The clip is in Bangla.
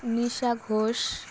নিশা ঘোষ